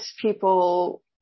people